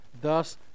Thus